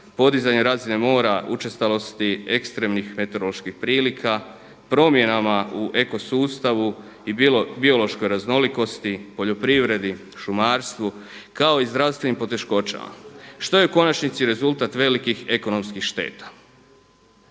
podizanje razine mora, učestalosti ekstremnih meteoroloških prilika, promjenama u eko sustavu i biološkoj raznolikosti, poljoprivredi, šumarstvu kao i zdravstvenim poteškoćama što je u konačnici rezultat velikih ekonomskih šteta.